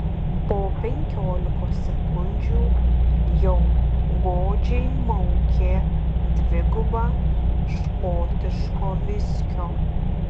po penkiolikos sekundžių jau godžiai maukė dvigubą škotiško viskio